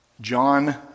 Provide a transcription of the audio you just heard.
John